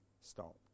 stopped